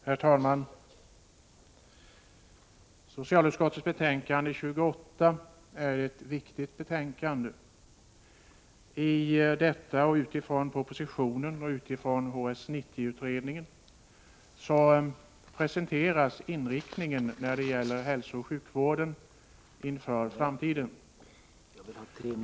Herr talman! Socialutskottets betänkande 28 är ett viktigt betänkande. I betänkandet, som är föranlett av proposition 181 och HS 90-utredningen, presenteras inriktningen av hälsooch sjukvården inför framtiden.